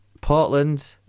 Portland